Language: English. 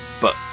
but-